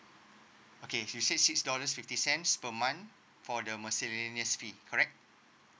okay she say six dollars fifty cents per month for the miscellaneous fee correct